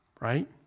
right